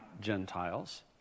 Gentiles